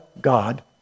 God